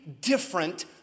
different